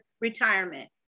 retirement